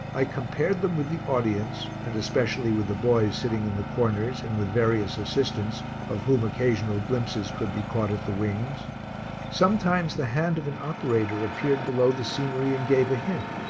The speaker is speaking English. i compared them with the audience and especially with the boys sitting in the corners and with various assistants of whom occasional glimpses could be caught at the wings sometimes the hand of an operator appeared below the scenery and gave a hint,